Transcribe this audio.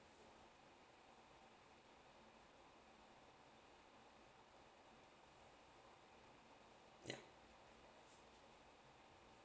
yeah